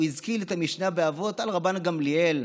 הוא הזכיר את המשנה באבות על רבן גמליאל,